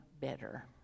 better